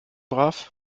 brav